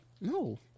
No